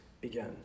began